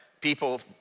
people